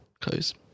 close